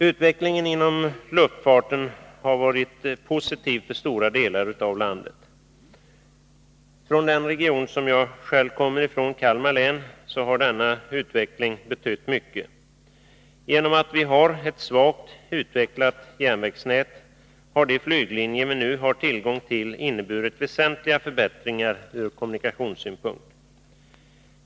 Utvecklingen inom luftfarten har varit positiv för stora delar av landet. För den region jag själv kommer ifrån, Kalmar län, har denna utveckling betytt mycket. Genom att vi har ett svagt utvecklat järnvägsnät har de flyglinjer vi nu har tillgång till inneburit väsentliga förbättringar ur kommunikationssynpunkt.